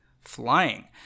flying